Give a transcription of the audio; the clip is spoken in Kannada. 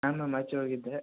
ಮ್ಯಾಮ್ ನಾನು ಆಚೆ ಹೋಗಿದ್ದೆ